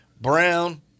Brown